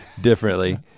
differently